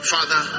Father